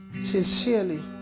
sincerely